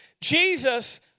Jesus